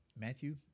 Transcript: Matthew